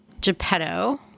Geppetto